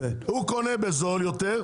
הוא קונה בזול יותר,